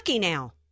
now